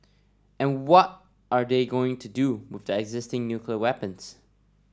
and what are they going to do with their existing nuclear weapons